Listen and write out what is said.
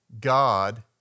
God